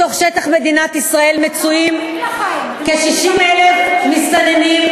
בתוך שטח מדינת ישראל מצויים, כ-60,000 מסתננים,